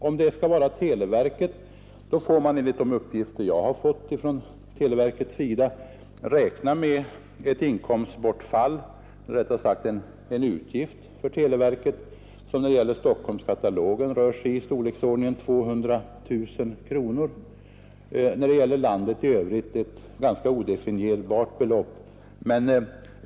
Om det skall vara televerket, får man, enligt de uppgifter jag fått från televerket, räkna med ett inkomstbortfall — eller rättare sagt en utgift — för televerket som när det gäller Stockholmskatalogen ligger i storleksordningen 200 000 kronor; när det gäller landet i övrigt rör det sig om ett ganska odefinierbart belopp.